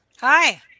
hi